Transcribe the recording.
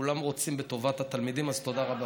שכולם רוצים בטובת התלמידים, אז תודה רבה.